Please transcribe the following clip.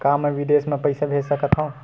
का मैं विदेश म पईसा भेज सकत हव?